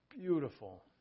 beautiful